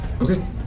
Okay